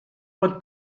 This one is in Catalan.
pot